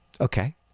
okay